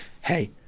Hey